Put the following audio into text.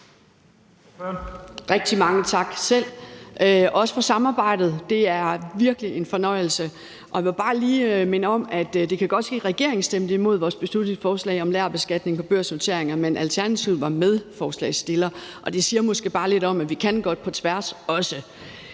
(KF): Mange tak selv, også for samarbejdet. Det er virkelig en fornøjelse, og jeg vil bare lige minde om, at det godt kan ske, at regeringen stemte imod vores beslutningsforslag om lagerbeskatning på børsnoteringer, men Alternativet var medforslagsstiller, og det siger måske bare lidt om, at vi også godt kan på tværs.